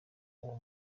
uwo